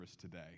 today